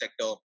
sector